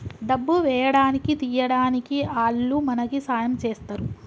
డబ్బు వేయడానికి తీయడానికి ఆల్లు మనకి సాయం చేస్తరు